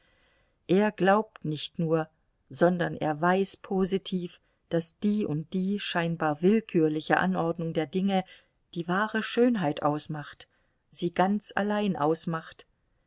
er glaubt nicht nur sondern er weiß positiv daß die und die scheinbar willkürliche anordnung der dinge die wahre schönheit ausmacht sie ganz allein ausmacht